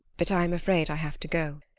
but i am afraid i have to go.